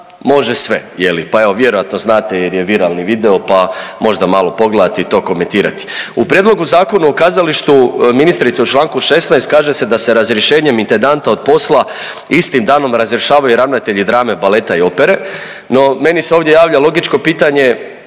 može sve je li, pa evo vjerojatno znate jer je viralni video, pa možda malo pogledati i to komentirati. U prijedlogu Zakona o kazalištu ministrice u čl. 16. kaže se da se razrješenjem intendanta od posla istim danom razrješavaju i ravnatelji drame, baleta i opere. No meni se ovdje javlja logično pitanje,